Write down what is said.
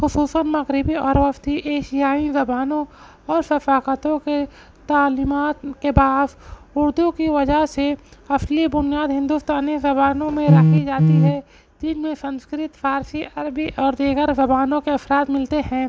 خصوصاً مغربی اور وسطی ایشیائی زبانوں اور ثقافتوں کے تعلیمات کے باعث اردو کی وجہ سے اصلی بنیاد ہندوستانی زبانوں میں رکھی جاتی ہے جن میں سنسکرت فارسی عربی اور دیگر زبانوں کے اثرات ملتے ہیں